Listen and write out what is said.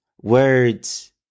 words